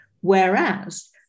whereas